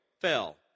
fell